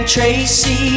Tracy